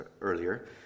earlier